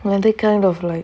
and they kind of like